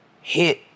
hit